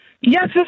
Yes